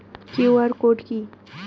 QR code কি?